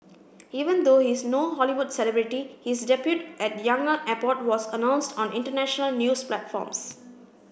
even though he is no Hollywood celebrity his debut at Yangon airport was announced on international news platforms